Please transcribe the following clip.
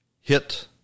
hit